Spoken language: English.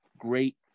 great